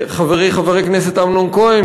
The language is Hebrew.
חברי חבר הכנסת אמנון כהן,